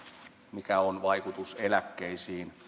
mikä on palkkatasa arvon vaikutus eläkkeisiin